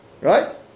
Right